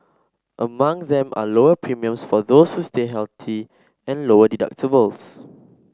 among them are lower premiums for those who stay healthy and lower deductibles